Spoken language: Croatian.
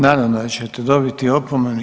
Naravno da ćete dobiti opomenu.